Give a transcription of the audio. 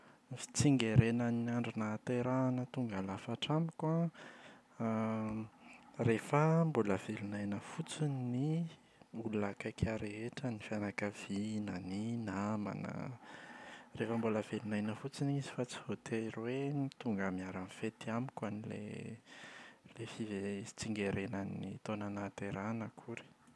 Ny fitsingerenan’ny andro nahaterahana tonga lafatra amiko an rehefa mbola velon’aina fotsiny ny olona rehetra akaiky ahy rehetra: ny fianakaviana, ny namana. Rehefa velon’aina fotsiny izy fa tsy voatery hoe n- tonga niara nifety amiko an’ilay ilay fivere- fitsingerenan’ny taona nahaterahako akory.